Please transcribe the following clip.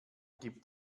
gibt